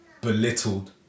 belittled